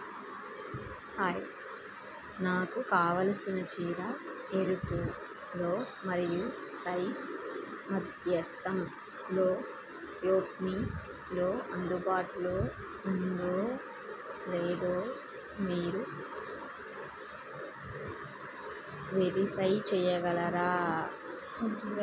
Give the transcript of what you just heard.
hi నాకు కావలసిన చీర ఎరుపులో మరియు సైజ్ మధ్యస్థంలో యోష్మేలో అందుబాటులో ఉందో లేదో మీరు వెరిఫై చేయగలరా